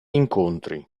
incontri